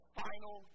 final